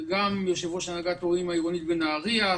וגם יושב-ראש הנהגת ההורים העירונית בנהריה,